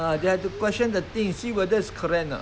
ah they have to question the thing see whether it's correct or not